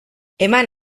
eman